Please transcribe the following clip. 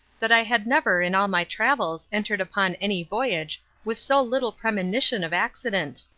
that i had never in all my travels entered upon any voyage with so little premonition of accident.